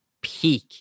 peak